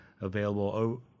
available